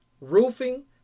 roofing